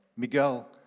Miguel